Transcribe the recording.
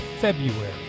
February